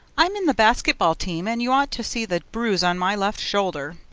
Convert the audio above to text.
i'm in the basket-ball team and you ought to see the bruise on my left shoulder.